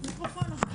והבינוי.